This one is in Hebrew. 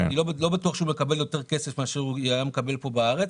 אני לא בטוח שהוא מקבל יותר כסף מאשר הוא היה מקבל פה בארץ.